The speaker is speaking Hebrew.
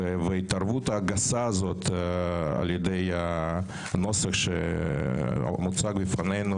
ההתערבות הגסה הזאת באמצעות הנוסח שמוצג בפנינו,